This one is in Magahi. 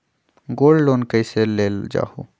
गोल्ड लोन कईसे लेल जाहु?